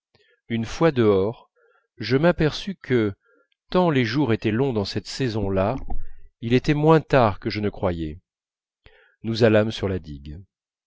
une fois dehors je m'aperçus que tant les jours étaient longs dans cette saison là il était moins tard que je ne croyais nous allâmes sur la digue